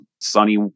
sunny